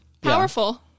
Powerful